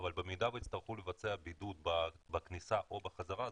אבל במידה ויצטרכו לבצע בידוד בכניסה או בחזרה,